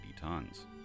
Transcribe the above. tons